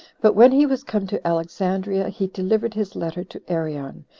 but when he was come to alexandria, he delivered his letter to arion,